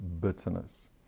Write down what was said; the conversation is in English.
bitterness